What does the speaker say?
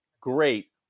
Great